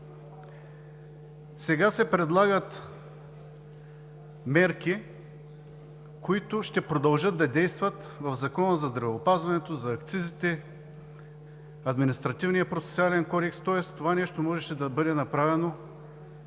Сега се предлагат мерки, които ще продължат да действат в Закона за здравеопазването, за акцизите, Административнопроцесуалния кодекс, тоест това нещо можеше да бъде направено